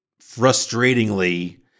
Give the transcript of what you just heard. frustratingly